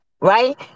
right